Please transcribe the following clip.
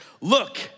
Look